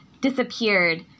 disappeared